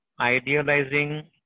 idealizing